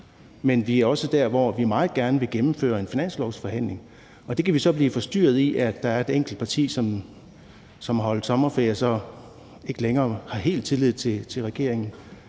men vi er også der, hvor vi meget gerne vil gennemføre en finanslovsforhandling. Det kan vi så blive forstyrret i, fordi der er et enkelt parti, som har holdt sommerferie, og som ikke længere har helt tillid til regeringen.